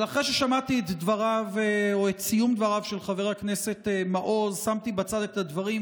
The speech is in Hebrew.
אבל אחרי ששמעתי את סיום דבריו של חבר הכנסת מעוז שמתי בצד את הדברים,